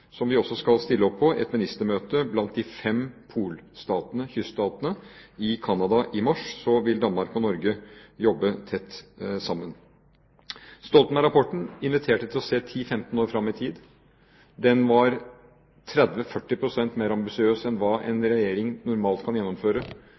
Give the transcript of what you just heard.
vi skal også stille opp på et ministermøte blant de fem polstatene, kyststatene, i Canada i mars – vil Danmark og Norge jobbe tett sammen. Stoltenberg-rapporten inviterte til å se 10–15 år fram i tid. Den var 30–40 pst. mer ambisiøs enn hva en